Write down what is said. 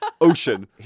ocean